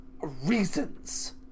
reasons